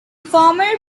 former